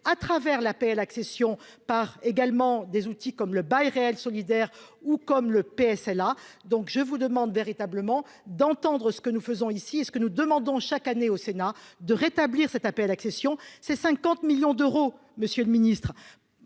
à travers l'APL accession par également des outils comme le bail réel solidaire ou comme le PS là donc je vous demande véritablement d'entendre ce que nous faisons ici et ce que nous demandons chaque année au Sénat de rétablir cette APL accession c'est 50 millions d'euros, monsieur le Ministre